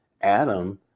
Adam